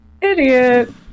Idiot